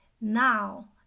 now